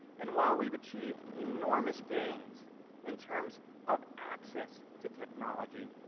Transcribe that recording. and while we have achieved enormous gains in terms of access to technology,